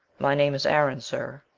my name is aaron, sir.